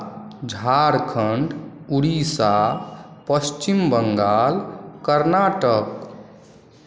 Bihar Jharkhand Odisha Paschim Bengal Karnataka